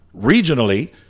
regionally